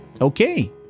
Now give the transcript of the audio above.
Okay